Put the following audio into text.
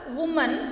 woman